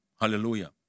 Hallelujah